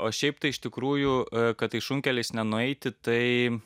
o šiaip tai iš tikrųjų kad tais šunkeliais nenueiti tai